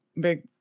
big